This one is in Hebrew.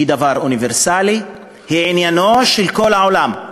הן דבר אוניברסלי, הן עניינו של כל העולם.